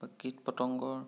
বা কীট পতঙ্গৰ